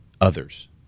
others